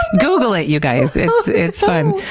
google it, you guys. it's it's fun.